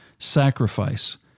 sacrifice